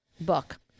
book